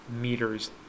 meters